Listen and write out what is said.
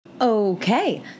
Okay